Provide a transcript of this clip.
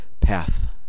path